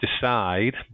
decide